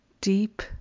deep